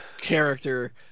character